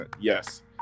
Yes